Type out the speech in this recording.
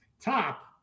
Top